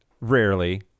rarely